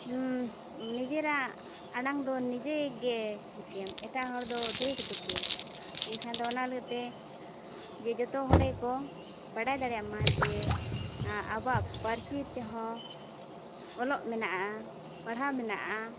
ᱱᱤᱡᱮᱨᱟᱜ ᱟᱲᱟᱝ ᱫᱚ ᱱᱤᱡᱮ ᱜᱮ ᱴᱷᱤᱠᱟᱹᱭᱟᱢ ᱮᱴᱟᱜ ᱦᱚᱲ ᱫᱚ ᱛᱷᱳᱲᱮ ᱠᱚ ᱴᱷᱤᱠᱟᱹᱭᱟ ᱮᱱᱠᱷᱟᱱ ᱫᱚ ᱚᱱᱟ ᱞᱟᱹᱜᱤᱫᱛᱮ ᱡᱮ ᱡᱚᱛᱚ ᱦᱚᱲ ᱜᱮᱠᱚ ᱵᱟᱲᱟᱭ ᱫᱟᱲᱮᱭᱟᱜ ᱢᱟ ᱡᱮ ᱟᱵᱚᱣᱟᱜ ᱯᱟᱹᱨᱥᱤ ᱛᱮᱦᱚᱸ ᱚᱞᱚᱜ ᱢᱮᱱᱟᱜᱼᱟ ᱯᱟᱲᱦᱟᱣ ᱢᱮᱱᱟᱜᱼᱟ